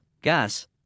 Gas